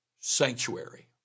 Sanctuary